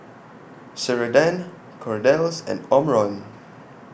Ceradan Kordel's and Omron